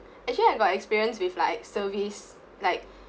actually I got experience with like service like